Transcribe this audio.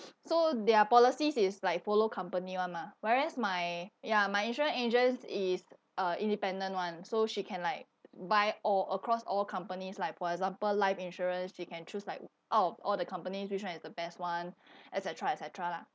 so their policies is like follow company one mah whereas my ya my insurance agents is uh independent one so she can like buy all across all companies like for example life insurance they can choose like o~ out of all the company which one is the best one et cetera et cetera lah